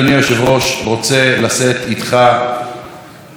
רוצה לשאת איתך ועם כל הבית הזה,